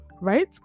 right